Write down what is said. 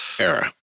era